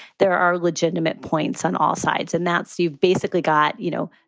there are legitimate points on all sides. and that's you've basically got, you know,